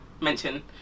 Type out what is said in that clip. mention